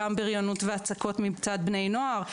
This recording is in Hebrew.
גם בריונות והצקות מצד בני נוער,